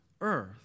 earth